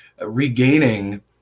regaining